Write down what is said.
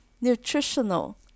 nutritional